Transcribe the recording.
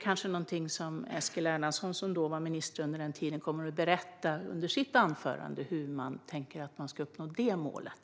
Eskil Erlandsson, som var minister på den tiden, kanske kommer att berätta i sitt anförande hur man tänker uppnå det målet.